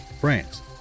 france